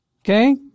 okay